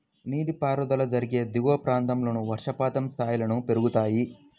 నీటిపారుదల జరిగే దిగువ ప్రాంతాల్లో వర్షపాతం స్థాయిలను పెరుగుతాయి